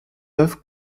œuvres